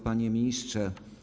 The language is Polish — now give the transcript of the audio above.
Panie Ministrze!